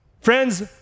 Friends